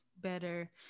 better